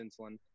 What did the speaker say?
insulin